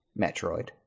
Metroid